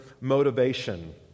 motivation